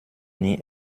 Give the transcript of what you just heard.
nie